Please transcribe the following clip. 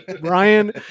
Brian